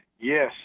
Yes